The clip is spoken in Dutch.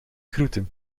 groeten